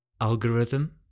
algorithm